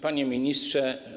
Panie Ministrze!